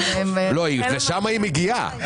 לשם היא מגיעה.